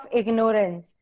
ignorance